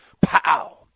Pow